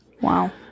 Wow